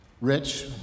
Rich